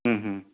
ಹ್ಞೂ ಹ್ಞೂ